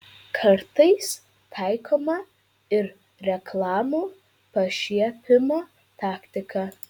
kartais taikoma ir reklamų pašiepimo taktika